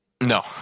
No